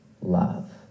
love